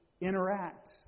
interact